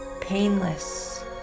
painless